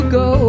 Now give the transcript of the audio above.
go